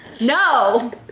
no